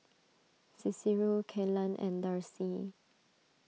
Cicero Kelan and Darcy